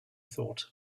thought